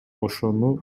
ошону